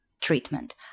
treatment